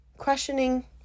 questioning